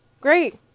Great